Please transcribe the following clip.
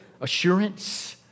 assurance